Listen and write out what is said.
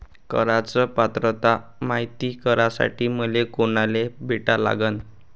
कराच पात्रता मायती करासाठी मले कोनाले भेटा लागन?